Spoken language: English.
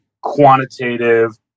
quantitative